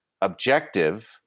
objective